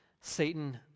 Satan